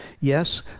Yes